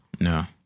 no